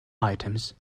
items